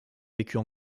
vécut